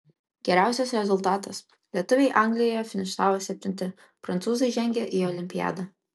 geriausias rezultatas lietuviai anglijoje finišavo septinti prancūzai žengė į olimpiadą